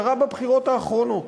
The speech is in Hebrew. קרה בבחירות האחרונות.